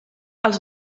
els